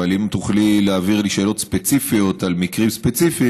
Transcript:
אבל אם תוכלי להעביר לי שאלות ספציפיות על מקרים ספציפיים,